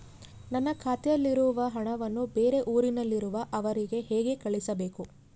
ನನ್ನ ಖಾತೆಯಲ್ಲಿರುವ ಹಣವನ್ನು ಬೇರೆ ಊರಿನಲ್ಲಿರುವ ಅವರಿಗೆ ಹೇಗೆ ಕಳಿಸಬೇಕು?